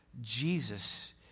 Jesus